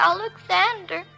Alexander